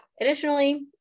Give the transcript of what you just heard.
Additionally